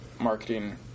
marketing